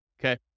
okay